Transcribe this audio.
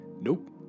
Nope